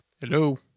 Hello